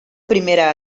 primera